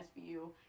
SBU